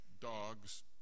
Dogs